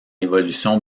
évolution